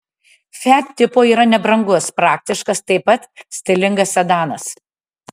fiat tipo yra nebrangus praktiškas taip pat stilingas sedanas